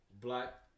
black